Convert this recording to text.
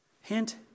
hint